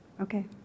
Okay